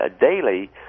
daily